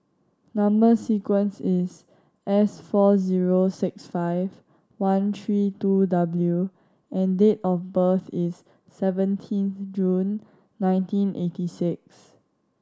number sequence is S four zero six five one three two W and date of birth is seventeen June nineteen eighty six